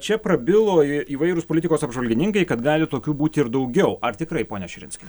o čia prabilo i įvairūs politikos apžvalgininkai kad gali tokių būti ir daugiau ar tikrai ponia širinskien